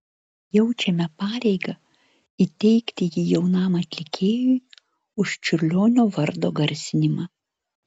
jaučiame pareigą įteikti jį jaunam atlikėjui už čiurlionio vardo garsinimą